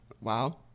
Wow